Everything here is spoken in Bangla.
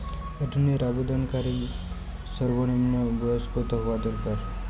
ঋণের আবেদনকারী সর্বনিন্ম বয়স কতো হওয়া দরকার?